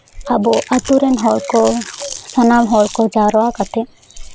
ᱟᱵᱚ ᱟᱛᱳ ᱨᱮᱱ ᱦᱚᱲ ᱠᱚ ᱥᱟᱱᱟᱢ ᱦᱚᱲ ᱠᱚ ᱡᱟᱣᱨᱟ ᱠᱟᱛᱮ